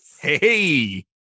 Hey